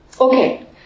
Okay